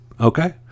okay